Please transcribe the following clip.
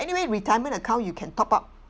anyway retirement account you can top up